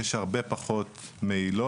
יש הרבה פחות מהילות.